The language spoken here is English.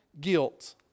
guilt